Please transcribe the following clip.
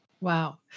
Wow